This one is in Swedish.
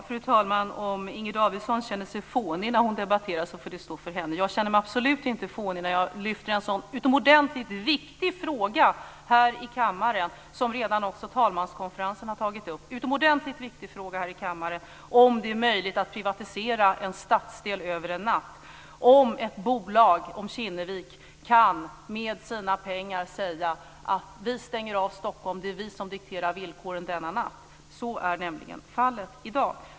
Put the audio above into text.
Fru talman! Om Inger Davidson känner sig fånig när hon debatterar får det stå för henne. Jag känner mig absolut inte fånig när jag här i kammaren lyfter fram en så utomordentligt viktig fråga, som också talmanskonferensen redan har tagit upp. Det är en utomordentligt viktig fråga här i kammaren om det är möjligt att privatisera en stadsdel över en natt. Kan ett bolag - Kinnevik - med alla sina pengar säga: Vi stänger av Stockholm. Det är vi som dikterar villkoren denna natt. Så är nämligen fallet i dag.